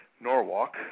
Norwalk